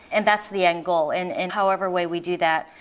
and that's the end goal and and however way we do that,